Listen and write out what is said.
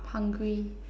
i'm hungry